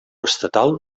estatal